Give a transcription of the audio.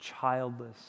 childless